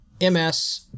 ms